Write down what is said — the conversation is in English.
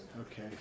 Okay